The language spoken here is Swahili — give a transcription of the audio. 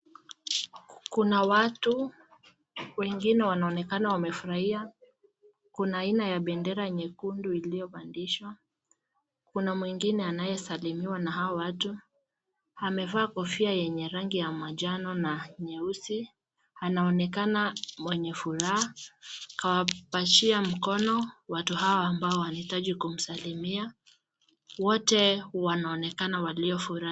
Kuna watu wengine wanaonekana wamefurahia. Kuna aina ya bendera nyekundu iliyopandishwa. Kuna mwingine anayesalimiwa na hawa watu, amevaa kofia yenye rangi ya manjano na nyeusi. Anaonekana mwenye furaha, kawapatia mkono watu hawa ambao wanahitaji kumsalimia. Wote wanaonekana waliofurahi.